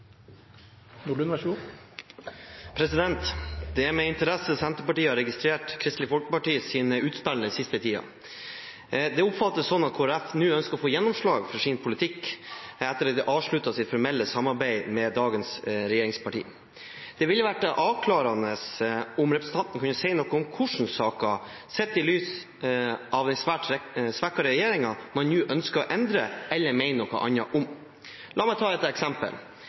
med interesse registrert Kristelig Folkepartis utspill den siste tiden. Det oppfattes slik at Kristelig Folkeparti nå ønsker å få gjennomslag for sin politikk, etter at de har avsluttet sitt formelle samarbeid med dagens regjeringspartier. Det ville være avklarende om representanten kunne si noe om hvilke saker – sett i lys av en svært svekket regjering – som man nå ønsker å endre eller mene noe annet om. La meg ta et eksempel: